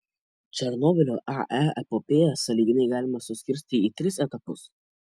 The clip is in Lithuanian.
černobylio ae epopėją sąlyginai galima suskirstyti į tris etapus